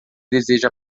deseja